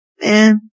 man